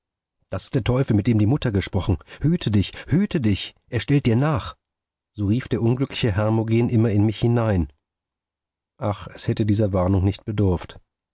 das ist der teufel mit dem die mutter gesprochen hüte dich hüte dich er stellt dir nach so rief der unglückliche hermogen immer in mich hinein ach es hätte dieser warnung nicht bedurft